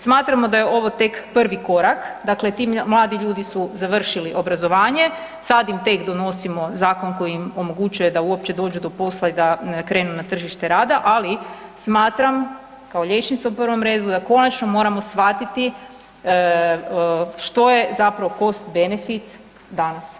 Smatramo da je ovo tek prvi korak, dakle ti mladi ljudi su završili obrazovanje, sad im tek donosimo zakon koji im omogućuje da uopće dođu do posla i da krenu na tržište rada, ali smatram kao liječnica u prvom redu da konačno moramo shvatiti što je zapravo cost benefit danas.